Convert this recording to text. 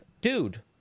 dude